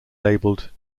labelled